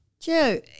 Joe